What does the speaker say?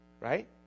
Right